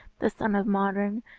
the son of modron,